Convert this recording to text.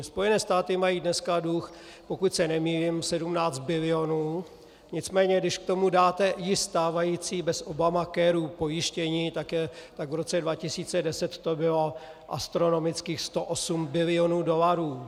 Spojené státy mají dneska dluh, pokud se nemýlím 17 bilionů, nicméně když k tomu dáte i stávající bez Obama care pojištění, tak v roce 2010 to bylo astronomických 108 bilionů dolarů.